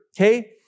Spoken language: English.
Okay